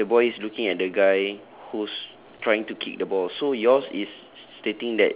okay the boy is looking at the guy who's trying to kick the ball so yours is